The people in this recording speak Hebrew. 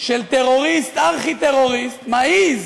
של טרוריסט, ארכי-טרוריסט, מעז